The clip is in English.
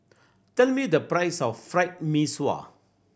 tell me the price of Fried Mee Sua